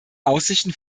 aussichten